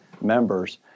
members